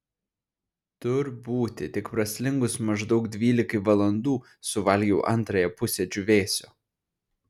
tur būti tik praslinkus maždaug dvylikai valandų suvalgiau antrąją pusę džiūvėsio